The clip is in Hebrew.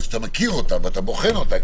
שאתה מכיר ובוחן אותה,